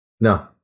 No